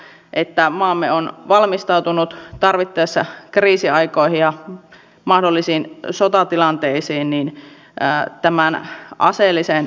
kun edustaja turunen tuossa mainitsi että mikään ei ole muuttunut nyt verrattuna edelliseen hallitukseen niin kyllä tämä on